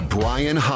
Brian